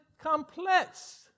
complex